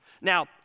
Now